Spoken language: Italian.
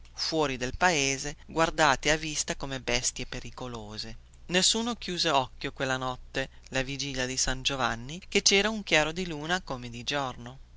fuori del paese guardati a vista come bestie pericolose nessuno chiuse occhio quella notte la vigilia di san giovanni che cera un chiaro di luna come di giorno